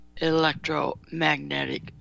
electromagnetic